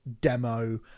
demo